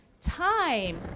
time